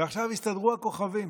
ועכשיו הסתדרו הכוכבים.